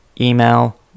email